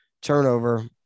turnover